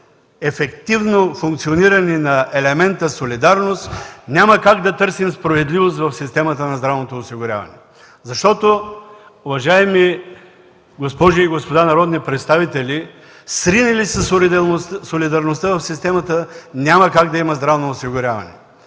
ефективно функциониране на елемента солидарност няма как да търсим справедливост в системата на здравното осигуряване. Уважаеми госпожи и господа народни представители, срине ли се солидарността в системата, няма как да има здравно осигуряване.